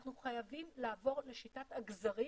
אנחנו חייבים לעבור לשיטת הגזרים.